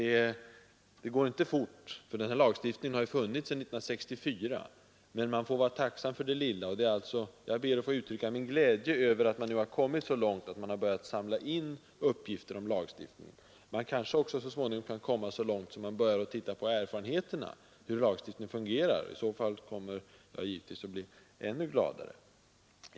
Det går inte fort — den här lagstiftningen har funnits sedan 1964, men man får vara tacksam för det lilla. Jag ber att få uttrycka min glädje över att man nu har kommit så långt att man har börjat samla uppgifter om lagstiftning. Man kanske också så småningom kan börja se på erfarenheterna av hur lagstiftningen fungerar. I så fall kommer jag givetvis att bli ännu gladare.